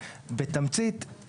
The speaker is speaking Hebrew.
בתמצית,